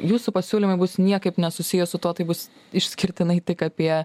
jūsų pasiūlymai bus niekaip nesusiję su tuo tai bus išskirtinai tik apie